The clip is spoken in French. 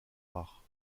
rare